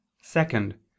second